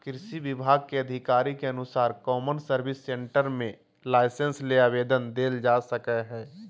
कृषि विभाग के अधिकारी के अनुसार कौमन सर्विस सेंटर मे लाइसेंस ले आवेदन देल जा सकई हई